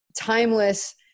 timeless